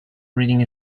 reading